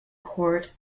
court